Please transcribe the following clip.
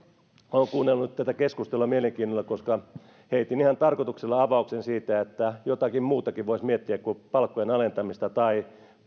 olen kuunnellut tätä keskustelua mielenkiinnolla koska heitin ihan tarkoituksella avauksen siitä että jotakin muutakin voisi miettiä kuin palkkojen alentamista tai